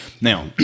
Now